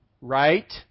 Right